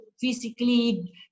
physically